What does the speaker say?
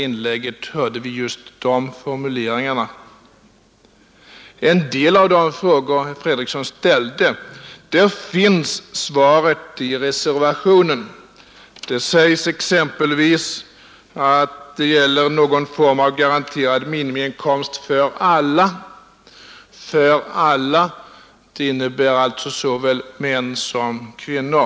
Beträffande en del av de frågor herr Fredriksson ställde finns svaret i reservationen. Där sägs exempelvis att det gäller någon form av garanterad minimiinkomst för alla. Det avser alltså såväl män som kvinnor.